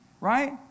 right